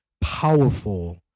powerful